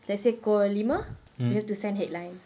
let's say pukul lima we have to send headlines